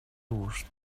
gust